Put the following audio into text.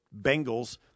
Bengals